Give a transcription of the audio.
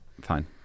fine